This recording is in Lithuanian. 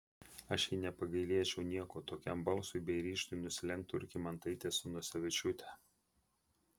aš jai nepagailėčiau nieko tokiam balsui bei ryžtui nusilenktų ir kymantaitė su nosevičiūte